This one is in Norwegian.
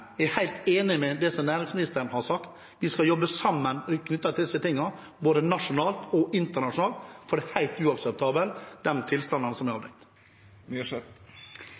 jeg er helt enig i det næringsministeren har sagt: Vi skal jobbe sammen med disse tingene, både nasjonalt og internasjonalt. For de tilstandene som er